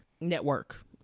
network